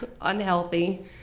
unhealthy